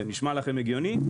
זה נשמע לכם הגיוני?